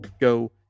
go